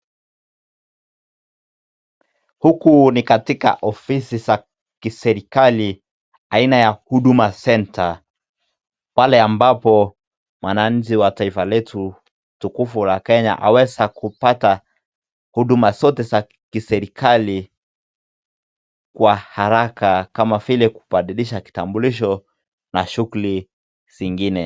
Huku ni katika ofisi za kiserikali aina ya huduma centre .Pale ambapo mwananchi wa taifa letu tukufu la Kenya aweza kupata huduma zote za kiserikali kwa haraka kama vile kubadilisha kitambulisho na shughuli zingine.